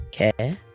Okay